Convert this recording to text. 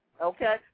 okay